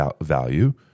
value